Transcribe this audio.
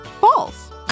false